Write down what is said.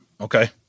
Okay